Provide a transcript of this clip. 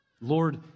Lord